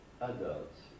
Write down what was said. adults